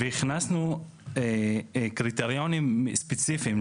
והכנסו קריטריונים ספציפיים.